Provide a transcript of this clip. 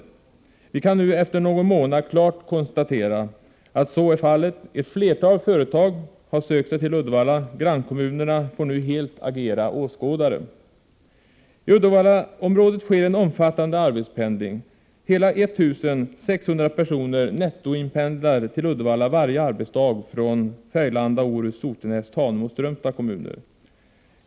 Vi kan nu efter någon månad klart konstatera att så är fallet. Ett flertal företag har sökt sig till Uddevalla, och grannkommunerna får nu helt agera åskådare. I Uddevallaområdet sker en omfattande arbetspendling. Hela 1 600 personer nettoinpendlar till Uddevalla varje arbetsdag från kommunerna Färgelanda, Orust, Sotenäs, Tanum och Strömstad.